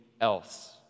else